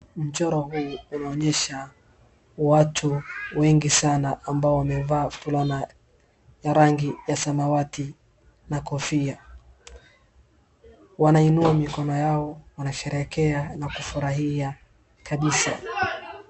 Mchoro huu unaonyesha watu wengi sana ambao wamevaa fulana ya rangi ya samawati na kofia wanainua mikono yao wanasherekea na kufurahia kabisa.